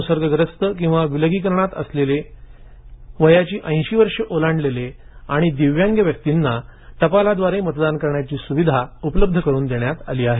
संसर्गग्रस्त किंवा विलगीकरणात असलेले वयाची ऐशी ओलांडलेले आणि दिव्यांग व्यक्तींना टपालाद्वारे मतदान करण्याची सूविधा उपलब्ध करून देण्यात आली आहे